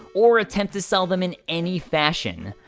or attempt to sell them in any fashion.